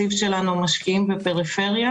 התקציב שלנו אנחנו משקיעים בפריפריה.